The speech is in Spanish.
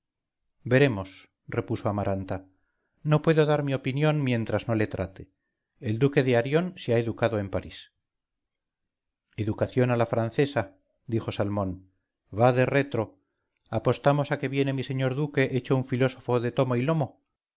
veremos repuso amaranta no puedo dar mi opinión mientras no le trate el duque de arión se ha educado en parís educación a la francesa dijo salmón vade retro apostamos a que viene mi señor duque hecho un filosofillo de tomo y lomo